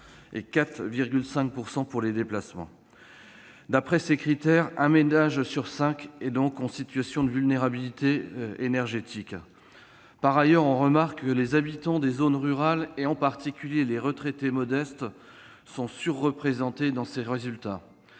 de 4,5 %. Selon ces critères, un ménage sur cinq est en situation de vulnérabilité énergétique. Par ailleurs, on remarque que les habitants des zones rurales, en particulier les retraités modestes, sont surreprésentés dans ces résultats.